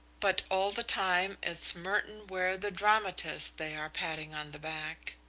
but all the time it's merton ware the dramatist they are patting on the back.